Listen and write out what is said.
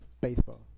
Baseball